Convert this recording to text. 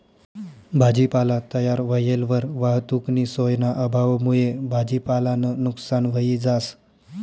भाजीपाला तयार व्हयेलवर वाहतुकनी सोयना अभावमुये भाजीपालानं नुकसान व्हयी जास